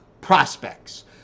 Prospects